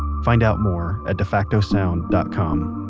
find out more at defactosound dot com.